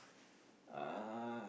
uh